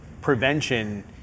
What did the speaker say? prevention